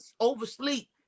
oversleep